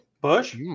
Bush